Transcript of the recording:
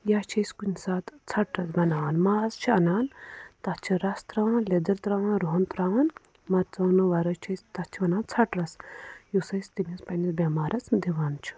یا چھِ أسی کُنہِ ساتہٕ ژھٹہٕ رَس بناوان ماز چھِ اَنان تَتھ چھِ رَس ترٛاوان لیٚدٕر ترٛاوان رُہُن ترٛاوان مرژٕواگنو ورٲے چھُ أسی تَتھ چھِ وَنان ژھٹہٕ رَس یُس أسی تٔمِس پَنٕنِس بٮ۪مارس دِوان چھِ